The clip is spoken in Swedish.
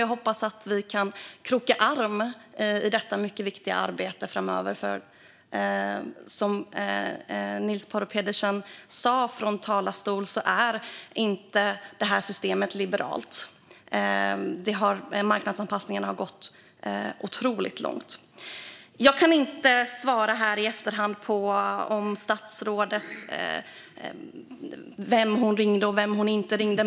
Jag hoppas att vi kan kroka arm i detta mycket viktiga arbete framöver, för som Niels Paarup-Petersen sa från talarstolen är inte detta system liberalt. Marknadsanpassningarna har gått otroligt långt. Jag kan inte svara här i efterhand på vem statsrådet ringde och vem hon inte ringde.